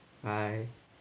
bye